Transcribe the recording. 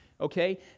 okay